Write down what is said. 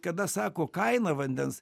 kada sako kainą vandens